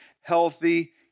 healthy